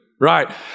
Right